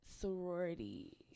sorority